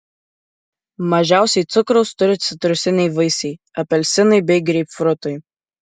mažiausiai cukraus turi citrusiniai vaisiai apelsinai bei greipfrutai